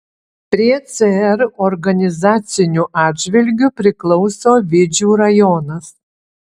prie cr organizaciniu atžvilgiu priklauso vidžių rajonas